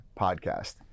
podcast